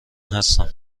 هستم